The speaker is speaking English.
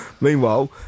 Meanwhile